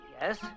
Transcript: yes